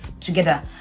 together